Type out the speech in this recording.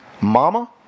mama